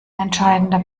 entscheidender